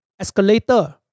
Escalator